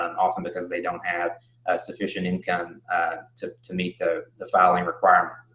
and often because they don't have sufficient income to to meet the the filing requirement.